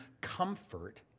comfort